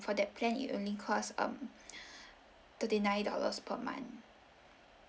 for that plan it only cost um thirty nine dollars per month